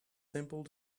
simple